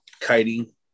kiting